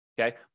Okay